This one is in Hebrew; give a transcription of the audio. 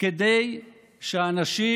כדי שהאנשים,